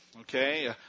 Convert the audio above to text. okay